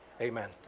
Amen